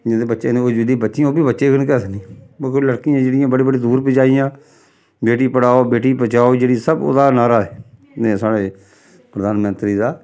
जिं'दे बच्चे न होर जेह्दी बच्चियां न ओह् बी बच्चे गै न केह् आखदे मतलब लड़कियां जेह्ड़ियां बड़ी बड़ी दूर पुज्जा दियां बेटी पढ़ाओ बेटी बचाओ जेह्ड़ी सब ओह्दा नाह्रा ऐ एह् साढ़े प्रधानमंत्री दा